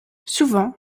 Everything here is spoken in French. souvent